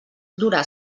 dura